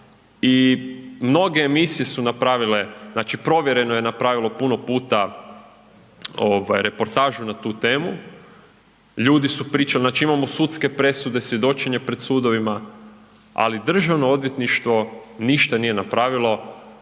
i mnoge emisije su napravile, znači Provjereno je napravilo puno puta, ovaj, reportažu na tu temu, ljudi su pričali, znači imamo sudske presude, svjedočenje pred sudovima, ali državno odvjetništvo ništa nije napravilo